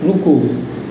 रूकु